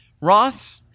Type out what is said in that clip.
Ross